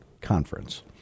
conference